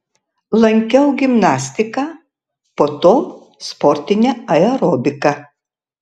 lankiau gimnastiką po to sportinę aerobiką